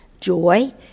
joy